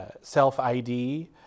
self-ID